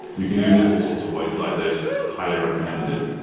you can use it all sorts of ways like this. highly recommended.